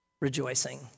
rejoicing